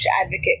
advocate